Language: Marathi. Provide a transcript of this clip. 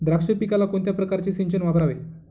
द्राक्ष पिकाला कोणत्या प्रकारचे सिंचन वापरावे?